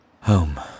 Home